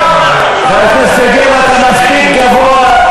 אתה מספיק גבוה.